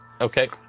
Okay